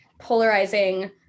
polarizing